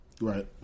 right